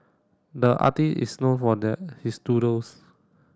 the is known for their his doodles